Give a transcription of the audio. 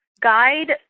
guide